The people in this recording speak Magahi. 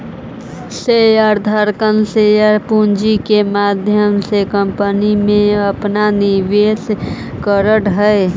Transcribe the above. शेयर धारक शेयर पूंजी के माध्यम से कंपनी में अपना निवेश करऽ हई